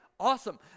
awesome